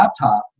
laptop